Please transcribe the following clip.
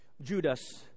Judas